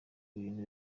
bintu